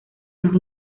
nos